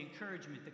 encouragement